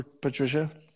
Patricia